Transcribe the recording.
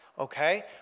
Okay